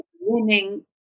winning